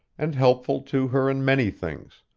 and helpful to her in many things,